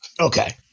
Okay